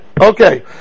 okay